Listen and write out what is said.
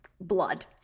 blood